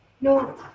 No